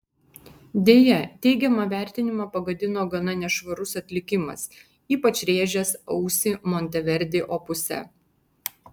deja teigiamą vertinimą pagadino gana nešvarus atlikimas ypač rėžęs ausį monteverdi opuse